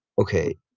Okay